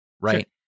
right